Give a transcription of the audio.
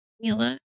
Mila